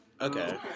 Okay